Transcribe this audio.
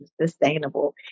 sustainable